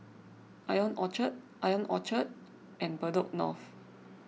Ion Orchard Ion Orchard and Bedok North